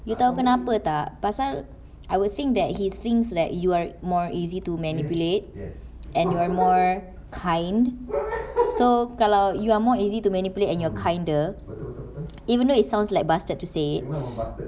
you tahu kenapa tak pasal I would think that he thinks like you are more easy to manipulate and you are more kind so kalau you are more easy to manipulate and you're kinder even though it sounds like bastard to say